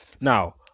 now